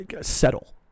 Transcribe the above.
settle